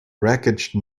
wreckage